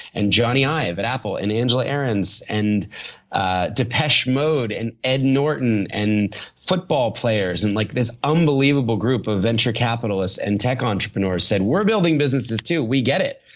and johnny ive at apple, and angelia aarons and ah depesh mode, and ed norton and football players. like this unbelievable group of venture capitalist and tech entrepreneurs said, we're building businesses too. we get it.